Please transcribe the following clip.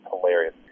hilarious